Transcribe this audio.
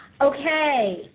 Okay